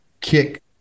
kick